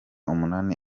umunani